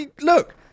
look